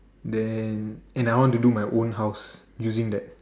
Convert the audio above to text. then and I want to do my own house using that